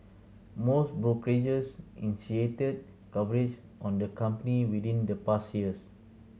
most brokerages initiated coverage on the company within the past years